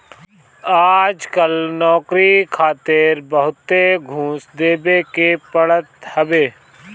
आजकल नोकरी खातिर बहुते घूस देवे के पड़त हवे